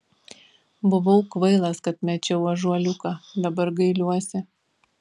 buvau kvailas kad mečiau ąžuoliuką dabar gailiuosi